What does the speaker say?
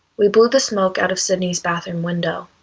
we blew the smoke out of sydney's bathroom window.